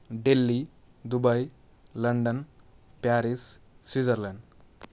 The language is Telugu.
Delhi Dubai London Paris Switzerland